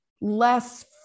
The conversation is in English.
less